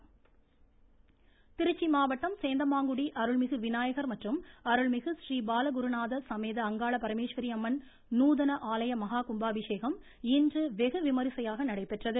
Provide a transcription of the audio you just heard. கும்பாபிஷேகம் அமைச்சர்கள் திருச்சி மாவட்டம் சேந்தமாங்குடி அருள்மிகு விநாயகர் மற்றும் அருள்மிகு ஸ்ரீ பாலகுருநாத சமேத அங்காள பரமேஸ்வரி அம்மன் நூதன ஆலய மஹா கும்பாபிஷேகம் இன்று வெகுவிமரிசையாக நடைபெற்றது